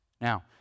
Now